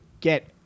get